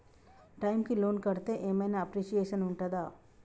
Time కి loan కడ్తే ఏం ఐనా అప్రిషియేషన్ ఉంటదా?